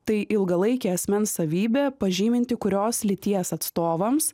tai ilgalaikė asmens savybė pažyminti kurios lyties atstovams